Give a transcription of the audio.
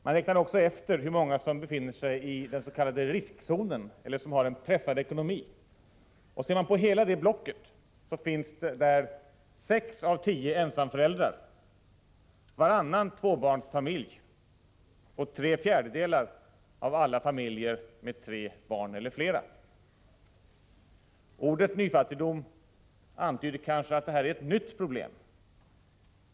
Man räknade också fram hur många som befinner sig i vad man kallar riskzonen eller har en pressad ekonomi. Ser man på hela det blocket så finner man där 6 av 10 ensamföräldrar, varannan tvåbarnsfamilj och tre fjärdedelar av alla familjer med tre barn eller flera. Ordet nyfattigdom antyder kanske att det här är ett nytt problem.